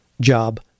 job